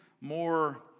more